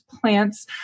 plants